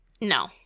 No